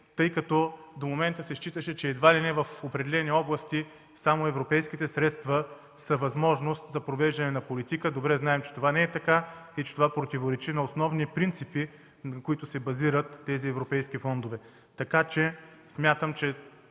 тъй като до момента се считаше, че едва ли не в определени области само европейските средства са възможност за провеждане на политика. Добре знаем, че това не е така и противоречи на основни принципи, на които се базират тези европейски фондове.